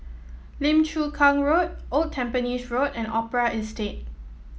Lim Chu Kang Road Old Tampines Road and Opera Estate